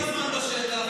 לא דואגים לאילת,